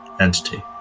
entity